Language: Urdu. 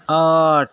آٹھ